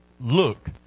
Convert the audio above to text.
look